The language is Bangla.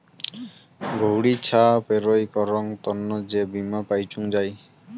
গৌড়ি ছা পেরোয় করং তন্ন যে বীমা পাইচুঙ যাই